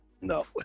No